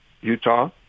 Utah